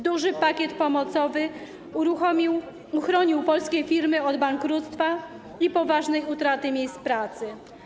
Duży pakiet pomocowy uchronił polskie firmy od bankructwa i poważnej utraty miejsc pracy.